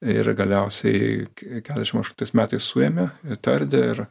ir galiausiai keturiasdešim aštuntais metais suėmė tardė ir